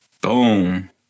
Boom